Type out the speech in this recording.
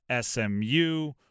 SMU